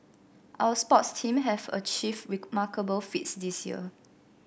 our sports teams have achieved remarkable feats this year